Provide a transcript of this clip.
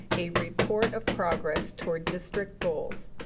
a report of progress toward district goals.